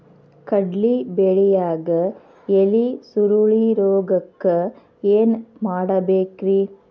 ಕಡ್ಲಿ ಬೆಳಿಯಾಗ ಎಲಿ ಸುರುಳಿರೋಗಕ್ಕ ಏನ್ ಮಾಡಬೇಕ್ರಿ?